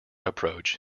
approach